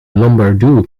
lombardo